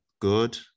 good